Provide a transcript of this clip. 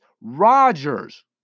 Rodgers